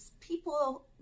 people